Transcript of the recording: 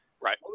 Right